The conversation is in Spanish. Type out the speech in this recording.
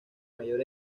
mayor